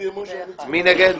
מי נגד?